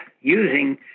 using